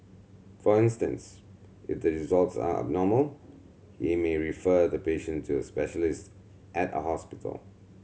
for instance if the results are abnormal he may refer the patient to a specialist at a hospital